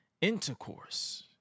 intercourse